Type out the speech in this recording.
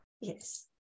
Yes